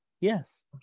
yes